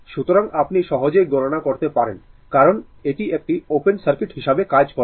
সুতরাং আপনি সহজেই গণনা করতে পারেন কারণ এটি একটি ওপেন সার্কিট হিসাবে কাজ করবে